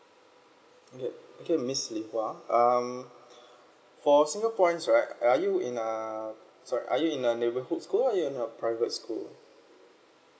okay okay miss li hua um for singaporeans right are are you in a sorry are you in a neighbourhood school or are you in a private school